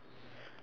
oh white